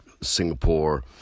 Singapore